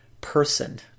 person